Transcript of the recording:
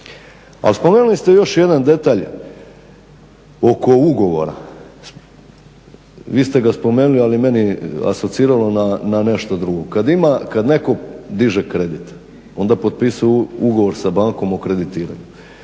Al spomenuli ste još jedan detalj oko ugovora, vi ste ga spomenuli ali mene je asociralo na nešto drugo. Kad ima, kad netko diže kredit onda potpisuje ugovor sa bankom o kreditiranju.